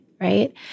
right